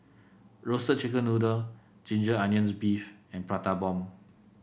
Roasted Chicken Noodle Ginger Onions beef and Prata Bomb